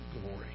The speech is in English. glory